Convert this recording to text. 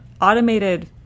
automated